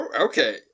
okay